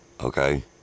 Okay